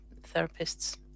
therapists